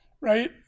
right